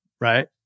right